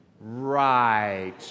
Right